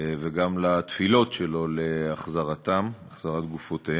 וגם לתפילות שלו להחזרתם, החזרת גופותיהם.